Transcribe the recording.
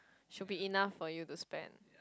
should be enough for you to spend